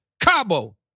Cabo